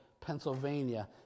Pennsylvania